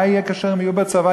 מה יהיה כאשר הם יהיו בצבא?